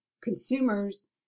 consumers